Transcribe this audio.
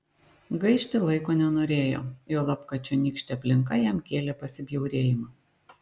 gaišti laiko nenorėjo juolab kad čionykštė aplinka jam kėlė pasibjaurėjimą